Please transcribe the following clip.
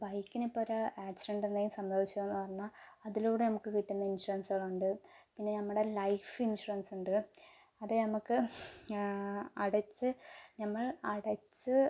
ബൈക്കിനിപ്പോൾ ഒരു ആക്സിഡൻറ്റ് എന്തെങ്കിലും സംഭവിച്ചുവെന്ന് പറഞ്ഞാൽ അതിലൂടെ നമുക്ക് കിട്ടുന്ന ഇൻഷുറൻസുകളുണ്ട് പിന്നെ നമ്മുടെ ലൈഫ് ഇൻഷുറൻസുണ്ട് അത് ഞമ്മക്ക് അടച്ച് ഞമ്മൾ അടച്ച്